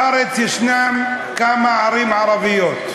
בארץ יש כמה ערים ערביות.